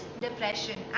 depression